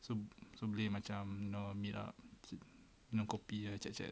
so so boleh macam you know meet up minum kopi chat chat